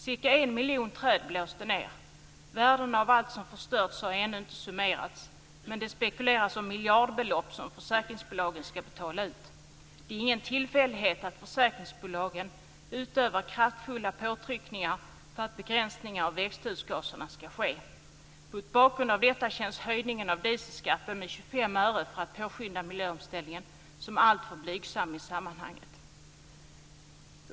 Cirka en miljon träd blåste ned. Värdena av allt som förstörts har ännu inte summerats, men det spekuleras om miljardbelopp som försäkringsbolagen ska betala ut. Det är ingen tillfällighet att försäkringsbolagen utövar kraftfulla påtryckningar för att begränsningar av växthusgaserna ska ske. Mot bakgrund av detta känns höjningen av dieselskatten med 25 öre för att påskynda miljöomställningen som alltför blygsam.